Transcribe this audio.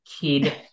kid